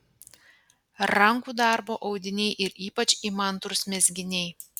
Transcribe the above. rankų darbo audiniai ir ypač įmantrūs mezginiai